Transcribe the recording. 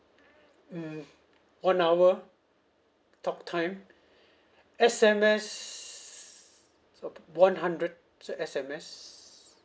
mm one hour talk time S_M_S uh one hundred S_M_S